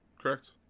correct